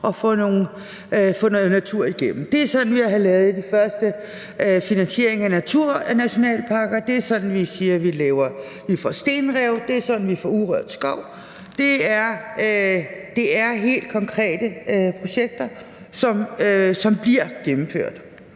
og får noget med om naturen. Det er sådan, vi har lavet den første finansiering af naturnationalparker, og det er sådan, vi får stenrev, det er sådan, vi får urørt skov. Det er helt konkrete projekter, som bliver gennemført.